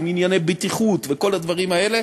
עם ענייני בטיחות וכל הדברים האלה,